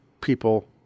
people